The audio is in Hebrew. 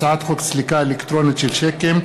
הצעת חוק סליקה אלקטרונית של שיקים,